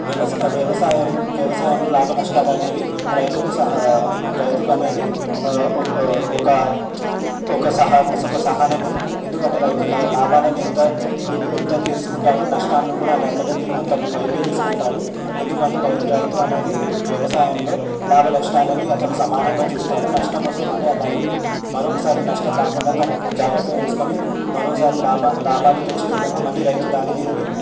వ్యవసాయం వ్యవసాయం వ్యవసాయంలో లాభనష్టాలు అనేవి రైతుకు రైతుకు అనేది ఒక ఒక ఒక సహనమే ఎందుకంటే రైతు లాభాలని ఎంత ఎంత తీసుకుంటాడో నష్టాని కూడా అతను అతను వైపే తీసుకుంటాడు ఎందుకంటే రైరైతు అనేది వ్యవసాయంలో లాభనష్టాలని అతను సమానంగా చూస్తాడు నష్టం వస్తే మళ్లీ మరొకసారి నష్టం రాకుండా తను జాగ్రత్త తీసుకొని మరోసారి లాభా లాభాలు తెచ్చే విధంగా మళ్లీ రైతు దాని మీదనే